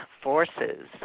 forces